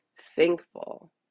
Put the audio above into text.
thankful